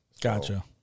Gotcha